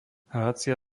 hracia